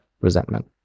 resentment